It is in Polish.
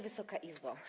Wysoka Izbo!